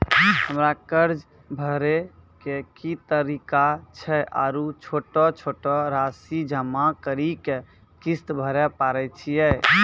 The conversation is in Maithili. हमरा कर्ज भरे के की तरीका छै आरू छोटो छोटो रासि जमा करि के किस्त भरे पारे छियै?